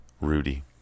Rudy